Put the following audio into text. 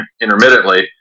intermittently